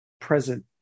present